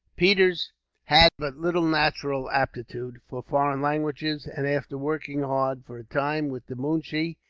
peters had but little natural aptitude for foreign languages and after working hard, for a time, with the moonshee,